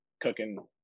cooking